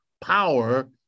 power